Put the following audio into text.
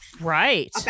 right